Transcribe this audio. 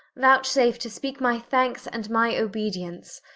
vouchsafe to speake my thankes, and my obedience,